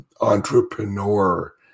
entrepreneur